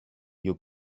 you